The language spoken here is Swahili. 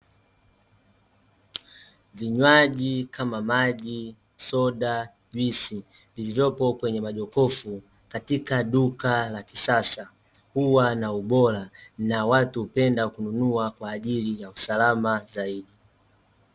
Vinywaji kama maji, soda, juisi, vilivyopo kwenye majokofu , katika duka la kisasa, huwa na ubora na watu hupenda kununua, kwaajili ya usalama zaidi.